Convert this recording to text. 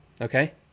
Okay